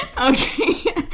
Okay